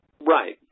Right